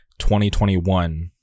2021